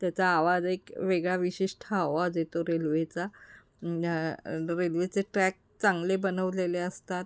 त्याचा आवाज एक वेगळा विशिष्ठ आवाज येतो रेल्वेचा रेल्वेचे ट्रॅक चांगले बनवलेले असतात